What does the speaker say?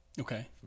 Okay